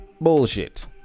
Bullshit